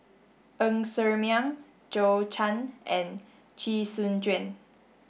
Ng Ser Miang Zhou Can and Chee Soon Juan